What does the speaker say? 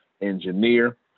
engineer